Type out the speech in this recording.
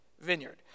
vineyard